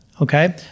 okay